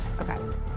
Okay